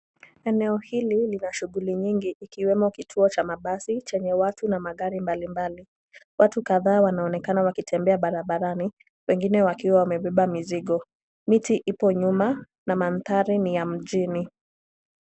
Eneo hili lina shughuli nyingi ikiwemo kituo cha mabasi chenye watu na magari mbalimbali. Watu kadhaa wanaonekana wakitembea barabarani wengine wakiwa wamebeba mizigo. Miti ipo nyuma na mandhari ni ya mjini.